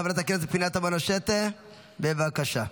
חברת הכנסת פנינה תָמָנוֹ שֶׁטֶה, בבקשה.